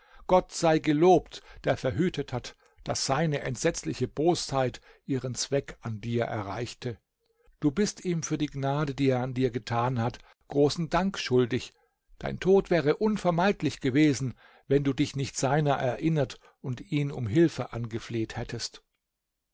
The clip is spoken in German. gott sei gelobt der verhütet hat daß seine entsetzliche bosheit ihren zweck an dir erreichte du bist ihm für die gnade die er an dir getan hat großen dank schuldig dein tod wäre unvermeidlich gewesen wenn du dich nicht seiner erinnert und ihn um hilfe angefleht hättest